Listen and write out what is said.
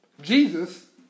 Jesus